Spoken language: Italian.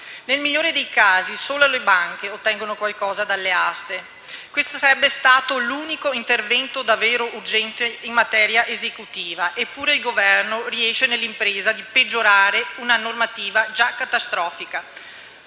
Nel migliore dei casi solo le banche ottengono qualcosa dalle aste. Questo sarebbe stato l'unico intervento davvero urgente in materia esecutiva, eppure il Governo riesce nell'impresa di peggiorare una normativa già catastrofica,